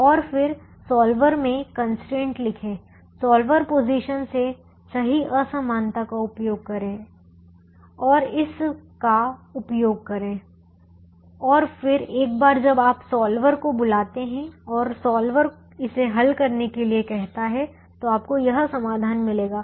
और फिर सॉल्वर में कंस्ट्रेंट लिखें सॉल्वर पोजीशन से सही असमानता का उपयोग करें और इस का उपयोग करें और फिर एक बार जब आप सॉल्वर को बुलाते हैं और सॉल्वर इसे हल करने के लिए कहता है तो आपको यह समाधान मिलेगा